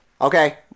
Okay